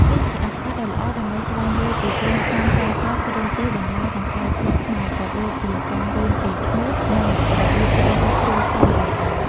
នេះជាឱកាសដ៏ល្អដើម្បីស្វែងយល់ពីគ្រឿងផ្សំស្រស់ៗ គ្រឿងទេស បន្លែ និងផ្លែឈើខ្មែរ ក៏ដូចជាការរៀនពីឈ្មោះ និងរបៀបជ្រើសរើសគ្រឿងផ្សំល្អៗ ។